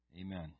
Amen